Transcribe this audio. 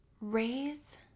Raise